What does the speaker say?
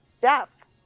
death